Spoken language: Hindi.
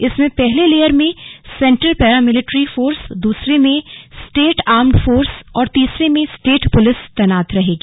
इसमें पहले लेयर में सेंटर पैरामैलेट्री फोर्स दूसरे में स्टेट आर्म्ड फोर्स और तीसरे में स्टेट पुलिस तैनात रहेगी